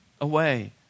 away